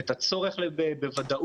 את הצורך להיות בוודאות,